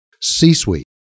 C-Suite